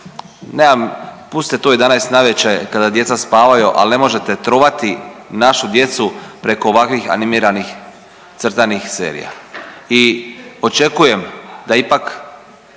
Nema, pustite to u 11 navečer kada djeca spavaju, ali ne može trovati našu djecu preko ovakvih animiranih crtanih serija. I očekujem da ipak